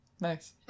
Nice